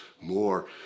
more